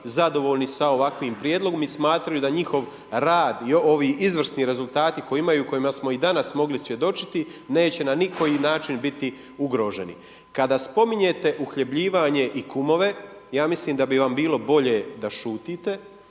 zadovoljni s ovakvim prijedlogom i smatraju da njihov rad i ovi izvrsni rezultati koje imaju, kojima smo i danas mogli svjedočiti, neće na nikoji način biti ugroženi. Kada spominjete uhljebljivanje i kumove, ja mislim da bi vam bilo bolje da šutite,